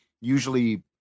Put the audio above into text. usually